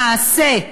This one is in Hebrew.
למעשה,